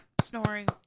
snoring